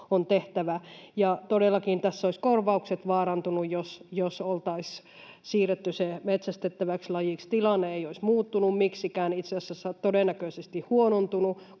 on tehtävä. Ja todellakin tässä olisivat korvaukset vaarantuneet, jos oltaisiin siirretty se metsästettäväksi lajiksi. Tilanne ei olisi muuttunut miksikään. Itse asiassa se olisi todennäköisesti huonontunut,